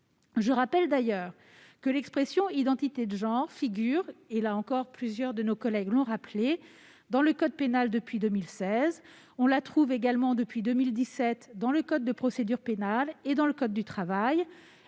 Je rappelle d'ailleurs que cette expression figure - là encore, plusieurs de nos collègues l'ont rappelé - dans le code pénal depuis 2016. On la trouve également depuis 2017 dans le code de procédure pénale et dans le code du travail.